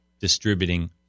distributing